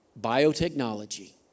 Biotechnology